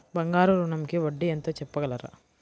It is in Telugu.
బంగారు ఋణంకి వడ్డీ ఎంతో చెప్పగలరా?